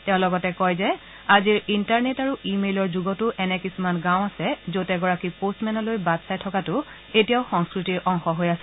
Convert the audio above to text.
তেওঁ লগতে কয় যে আজিৰ ইণ্টাৰনেট আৰু ই মেইলৰ যুগতো এনে কিছুমান গাঁও আছে য'ত এগৰাকী পোষ্টমেনলৈ বাট চাই থকাটো এতিয়াও সংস্কৃতিৰ অংশ হৈ আছে